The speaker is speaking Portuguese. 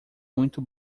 muito